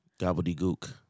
Gobbledygook